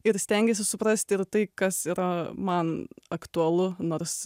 ir stengiasi suprasti ir tai kas yra man aktualu nors